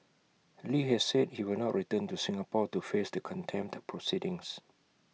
li has said he will not return to Singapore to face the contempt proceedings